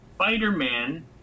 spider-man